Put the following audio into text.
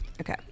Okay